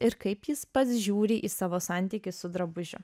ir kaip jis pats žiūri į savo santykį su drabžiu